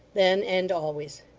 then, and always.